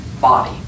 body